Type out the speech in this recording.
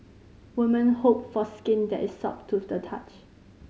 women hope for skin that is soft to the touch